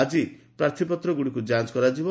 ଆଜି ପ୍ରାର୍ଥୀପତ୍ର ଗୁଡ଼ିକୁ ଯାଞ୍ କରାଯିବ